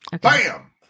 Bam